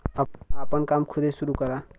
आपन काम खुदे सुरू करा